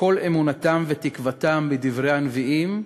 שכל אמונתם ותקוותם בדברי הנביאים,